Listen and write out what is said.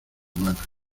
humana